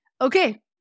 okay